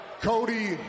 Cody